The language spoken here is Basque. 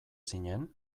zinen